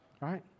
right